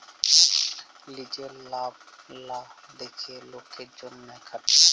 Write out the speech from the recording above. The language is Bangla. লিজের লাভ লা দ্যাখে লকের জ্যনহে খাটে